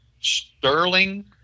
Sterling